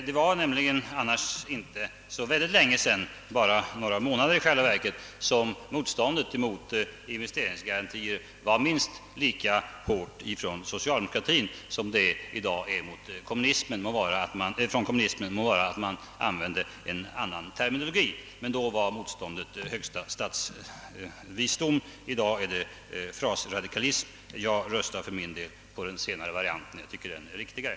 Det var nämligen inte så värst länge sedan, i själva verket bara några månader sedan, som motståndet mot investeringsgarantier var minst lika hårt från socialdemokratiskt håll som från kommunistiskt, låt vara att man använde en annan terminologi. Då var emellertid motståndet högsta statsvisdom, i dag är det frasradikalism. Jag röstar för min del på den senare varianten, ty jag anser den vara riktigare.